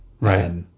Right